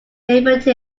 favourite